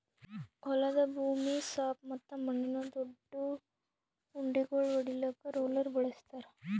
ಹೊಲದ ಭೂಮಿ ಸಾಪ್ ಮತ್ತ ಮಣ್ಣಿನ ದೊಡ್ಡು ಉಂಡಿಗೋಳು ಒಡಿಲಾಕ್ ರೋಲರ್ ಬಳಸ್ತಾರ್